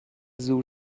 زور